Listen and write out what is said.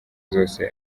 zose